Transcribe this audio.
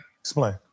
Explain